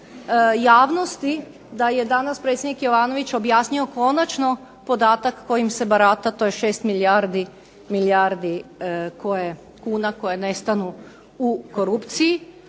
javnosti da je danas predsjednik Jovanović objasnio konačno podatak kojim se barata, to je 6 milijarde kuna koje nestanu u korupciji.